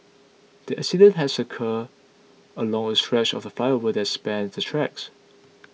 the accident has occurred along a stretch of the flyover that spans the tracks